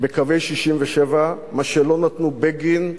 בקווי 67'. מה שלא נתנו בגין,